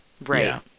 right